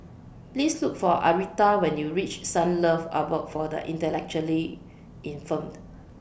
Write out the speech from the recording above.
Please Look For Aretha when YOU REACH Sunlove Abode For The Intellectually Infirmed